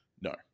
no